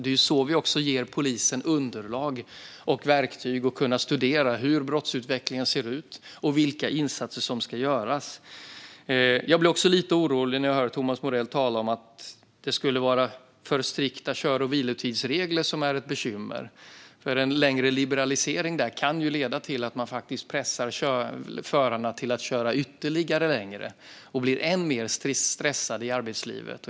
Det är också så vi ger polisen underlag och verktyg för att studera hur brottsutvecklingen ser ut och vilka insatser som ska göras. Jag blir också lite orolig när jag hör Thomas Morell tala om att det skulle vara för strikta kör och vilotidsregler som är ett bekymmer. En längre liberalisering kan ju leda till att man faktiskt pressar förarna till att köra ytterligare längre och att de blir än mer stressade i arbetslivet.